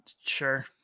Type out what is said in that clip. sure